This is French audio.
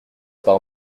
par